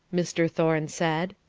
mr. thorne said.